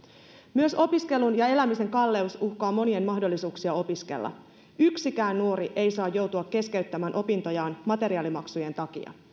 myös opiskelun ja elämisen kalleus uhkaa monien mahdollisuuksia opiskella yksikään nuori ei saa joutua keskeyttämään opintojaan materiaalimaksujen takia